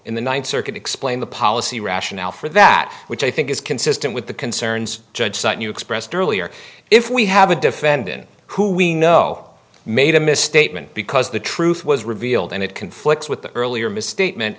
in the ninth circuit explained the policy rationale for that which i think is consistent with the concerns judge cite you expressed earlier if we have a defendant who we know made a misstatement because the truth was revealed and it conflicts with the earlier misstatement